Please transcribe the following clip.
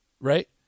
Right